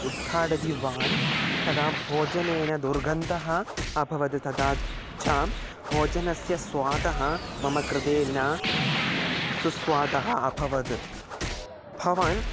उद्घाटिवान् तदा भोजनेन दुर्गन्धः अभवत् तदा च भोजनस्य स्वादः मम कृते न सुस्वादः अभवत् भवान्